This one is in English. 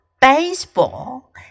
baseball